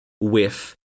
whiff